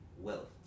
wealth